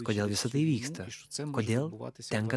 kodėl visa tai vyksta kodėl tenka